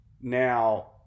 now